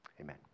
amen